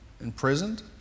imprisoned